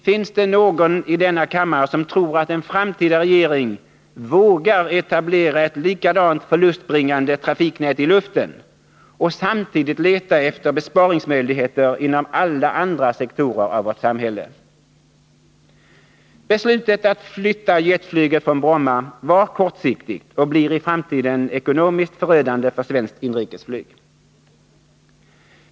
Finns det någon i denna kammare som tror att en framtida regering vågar etablera ett likadant förlustbringande trafiknät i luften och samtidigt leta efter besparingsmöjligheter inom alla sektorer av vårt samhälle? Beslutet att flytta jetflyget bort från Bromma var kortsiktigt och blir i framtiden ekonomiskt förödande för svenskt inrikesflyg!